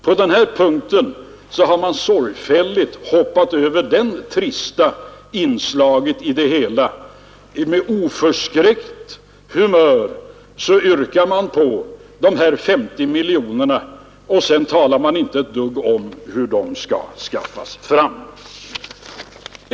På denna punkt har man sorgfälligt hoppat över det trista inslaget i det hela. Med oförskräckt humör yrkar man på dessa 50 miljoner kronor, och sedan talar man inte ett dugg om hur de skall skaffas fram.